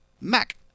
Mac